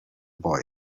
boy